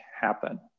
happen